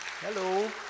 hello